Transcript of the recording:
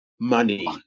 Money